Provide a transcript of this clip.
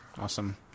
awesome